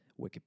Wikipedia